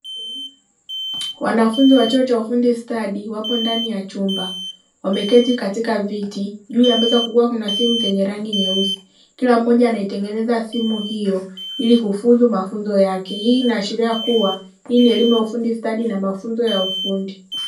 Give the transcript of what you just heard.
Wanafunzi wa chuo cha ufundi stadi wapo ndani ya chumba wameketi katika viti, juu ya meza kukiwa na simu nyeusi. Kila mmoja anaitengeneza simu hiyo ili kufuzu mafunzo yake, hii inaashiria kuwa hii ni elimu ya ufundi stadi na mafunzo ya ufundi .